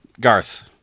Garth